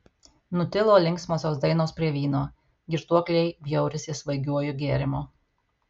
nutilo linksmosios dainos prie vyno girtuokliai bjaurisi svaigiuoju gėrimu